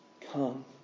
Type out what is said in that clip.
come